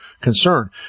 concern